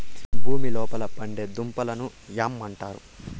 భూమి లోపల పండే దుంపలను యామ్ అంటారు